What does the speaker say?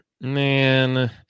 Man